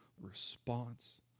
Response